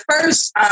first